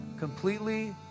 completely